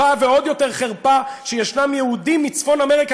ועוד יותר חרפה שיש יהודים מצפון אמריקה,